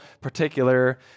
particular